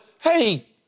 hey